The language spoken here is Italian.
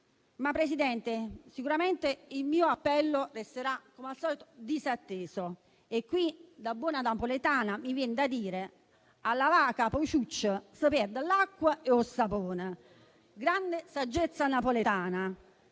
Presidente, sicuramente il mio appello resterà, come al solito, disatteso e qui, da buona napoletana, mi vien da dire: «*A lava' a capa 'o ciuccio se perd' l'acqua e 'o sapone*». Grande saggezza napoletana.